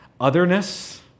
otherness